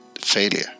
failure